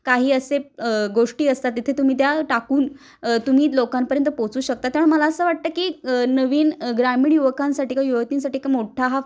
काही असे गोष्टी असतात तिथे तुम्ही त्या टाकून तुम्ही लोकांपर्यंत पोचू शकता त्या मला असं वाटतं की नवीन ग्रामीण युवकांसाठी का युवतींसाठी का मोठा हा